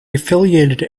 affiliated